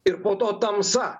ir po to tamsa